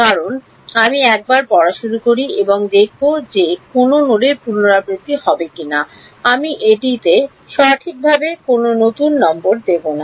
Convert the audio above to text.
কারণ আমি একবার পড়া শুরু করি এবং দেখব যে কোনও নোডের পুনরাবৃত্তি হবে কিনা আমি এটিতে সঠিকভাবে কোনও নতুন নম্বর দেব না